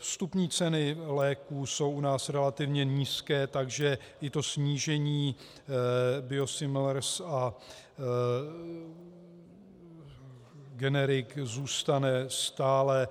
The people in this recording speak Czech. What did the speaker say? Vstupní ceny léků jsou u nás relativně nízké, takže i to snížení biosimilars a generik zůstane stále